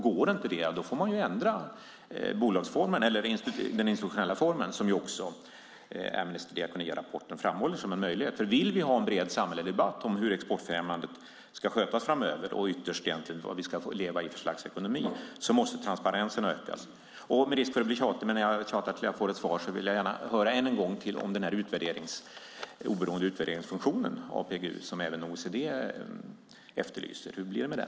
Går inte det får man ändra bolagsformen eller den institutionella formen som också rapporten från Amnesty och Diakonia framhåller som en möjlighet. Vill vi ha en bred samhällelig debatt om hur exportfrämjandet ska skötas framöver och ytterst vad vi ska leva i för slags ekonomi måste transparensen ökas. Med risk för att bli tjatig, men jag tjatar tills jag får ett svar, vill jag gärna än en gång höra om den oberoende utvärderingsfunktionen PGU som även OECD efterlyser. Hur blir det med den?